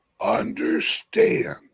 understand